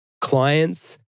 clients